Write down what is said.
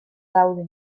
daude